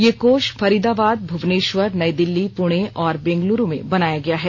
ये कोष फरीदाबाद भुवनेश्वर नई दिल्ली पुणे और बेंगलुरू में बनाया गया है